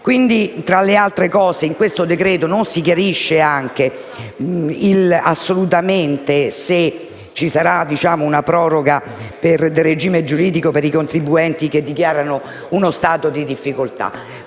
Tra le altre cose, in questo decreto non si chiarisce assolutamente neanche se ci sarà una proroga per il regime giuridico dei contribuenti che dichiarano uno stato di difficoltà.